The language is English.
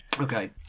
Okay